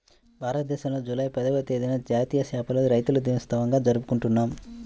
భారతదేశంలో జూలై పదవ తేదీన జాతీయ చేపల రైతుల దినోత్సవంగా జరుపుకుంటున్నాం